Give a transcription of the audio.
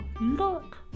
look